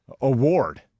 award